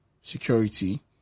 security